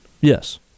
Yes